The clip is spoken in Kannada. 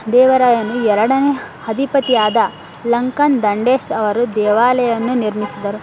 ದೇವರಾಯನು ಎರಡನೇ ಅಧಿಪತಿಯಾದ ಲಂಕನ ದಂಡೇಶ್ ಅವರು ದೇವಾಲಯವನ್ನು ನಿರ್ಮಿಸಿದರು